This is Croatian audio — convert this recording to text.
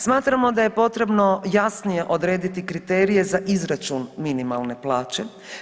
Smatramo da je potrebno jasnije odrediti kriterije za izračun minimalne plaće.